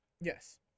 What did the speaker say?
Yes